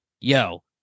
yo